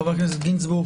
חבר הכנסת גינזבורג.